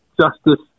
justice